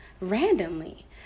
randomly